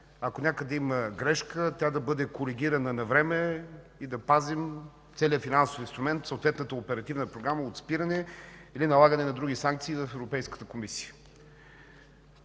Ако някъде има грешка, тя да бъде коригирана навреме и да пазим целия финансов инструмент, съответната оперативна програма от спиране или налагане на други санкции от Европейската комисия.